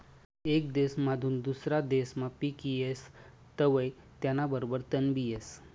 येक देसमाधून दुसरा देसमा पिक येस तवंय त्याना बरोबर तणबी येस